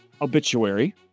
obituary